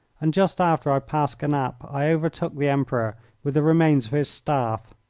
and just after i passed genappe i overtook the emperor with the remains of his staff.